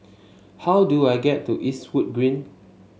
how do I get to Eastwood Green